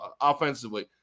offensively